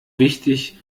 wichtig